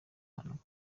mpanuka